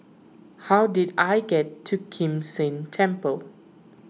how do I get to Kim San Temple